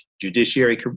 Judiciary